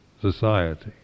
society